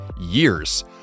years